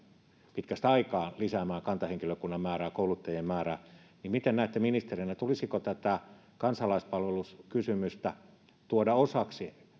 pitkästä aikaa lisäämään kantahenkilökunnan määrää kouluttajien määrää niin miten näette ministerinä tulisiko tämä kansalaispalveluskysymys tuoda osaksi